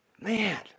Man